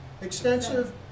Extensive